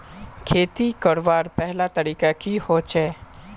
खेती करवार पहला तरीका की होचए?